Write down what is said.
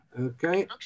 Okay